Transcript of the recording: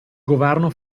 governo